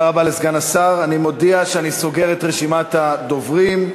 אני מודיע שאני סוגר את רשימת הדוברים.